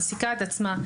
מעסיקה את עצמה,